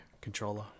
controller